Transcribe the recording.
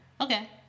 Okay